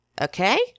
Okay